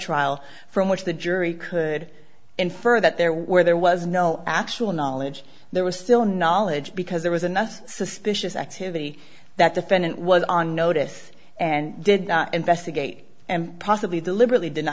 trial from which the jury could infer that there were there was no actual knowledge there was still knowledge because there was enough suspicious activity that defendant was on notice and did not investigate and possibly deliberately d